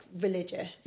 religious